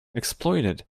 exploited